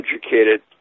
educated